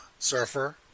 Surfer